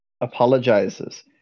apologizes